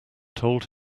told